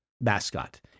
mascot